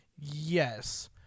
Yes